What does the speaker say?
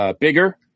bigger